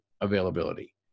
availability